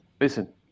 listen